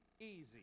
easy